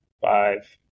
five